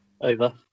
Over